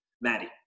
Maddie